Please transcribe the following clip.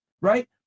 right